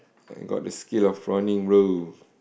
I got the skill of prawning bro